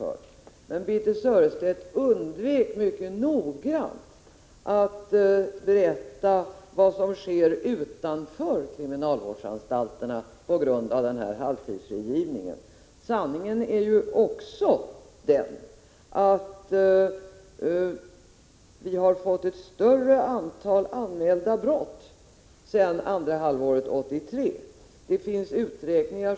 Men Birthe Sörestedt undvek mycket noga att berätta vad som sker utanför kriminalvårdsanstalterna på grund av halvtidsfrigivningen. Sanningen är ju också den att vi har fått ett större antal anmälda brott sedan andra halvåret 1983.